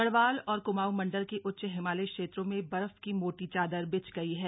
गढ़वाल और क्माऊं मंडल के उच्च हिमालयी क्षेत्रों में बर्फ की मोटी चादर बिछ गई है